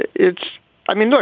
it's i mean, look,